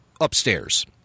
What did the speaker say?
upstairs